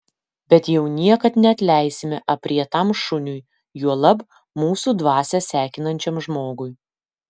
bet jau niekad neatleisime aprietam šuniui juolab mūsų dvasią sekinančiam žmogui